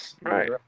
Right